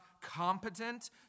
competent